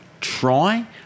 try